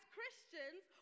Christians